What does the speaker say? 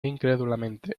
incrédulamente